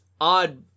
odd